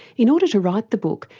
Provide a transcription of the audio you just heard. in order to write the book,